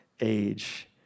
age